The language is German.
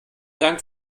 dank